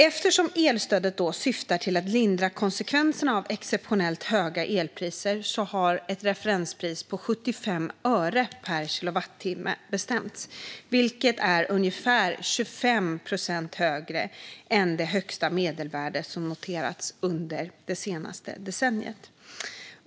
Eftersom elstödet syftar till att lindra konsekvenserna av exceptionellt höga elpriser har ett referenspris på 75 öre per kilowattimme bestämts, vilket är ungefär 25 procent högre än det högsta medelvärde som har noterats under det senaste decenniet.